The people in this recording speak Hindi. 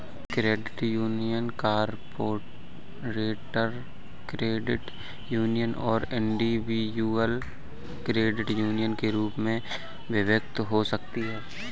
credit union corporate credit union और इंडिविजुअल क्रेडिट यूनियन के रूप में विभक्त हो सकती हैं